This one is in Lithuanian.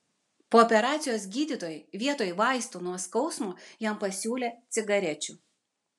po operacijos gydytojai vietoj vaistų nuo skausmo jam pasiūlė cigarečių